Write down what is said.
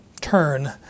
turn